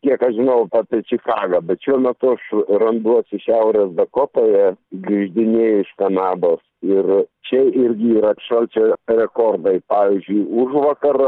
kiek aš žinau apie čikagą bet šiuo metu aš ra randuosi šiaurės dakotoje grįždinėju iš kanados ir čia irgi yra šalčio rekordai pavyzdžiui užvakar